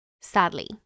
Sadly